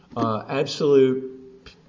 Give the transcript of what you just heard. absolute